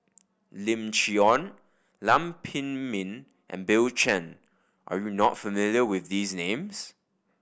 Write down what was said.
Lim Chee Onn Lam Pin Min and Bill Chen are you not familiar with these names